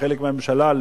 וחלק מהממשלה,